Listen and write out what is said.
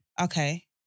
Okay